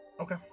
Okay